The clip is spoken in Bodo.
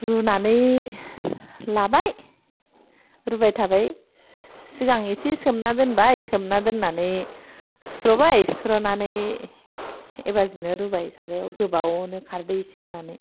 रुनानै लाबाय रुबाय थाबाय सिगां एसे सोमना दोनबाय सोमना दोननानै सुस्र'बाय सुस्र'नानै ओइबासिनो रुबाय सारायाव गोबावनो खारदै एसे होनानै